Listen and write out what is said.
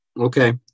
Okay